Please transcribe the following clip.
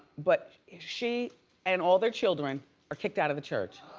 but she and all their children are kicked out of the church.